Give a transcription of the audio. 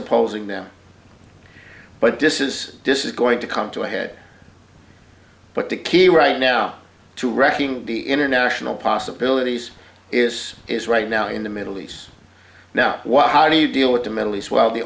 opposing them but this is disappointing to come to a head but the key right now to wrecking the international possibilities is is right now in the middle east now why how do you deal with the middle east while the